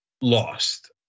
lost